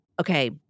okay